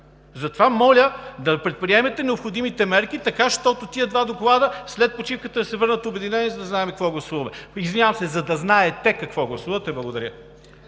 Затова моля да предприемете необходимите мерки, така щото тези два доклада след почивката да се върнат обединени, за да знаем какво гласуваме. Извинявам се: за да знаете какво гласувате. Благодаря.